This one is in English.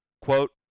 Quote